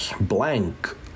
blank